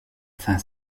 fin